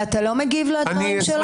אתה לא מגיב לדברים שלו?